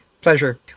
Pleasure